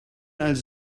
else